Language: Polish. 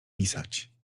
pisać